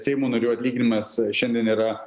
seimo narių atlyginimas šiandien yra